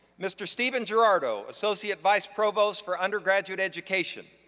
mr. steven gerardo, associate vice provost for undergraduate education.